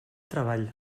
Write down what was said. treball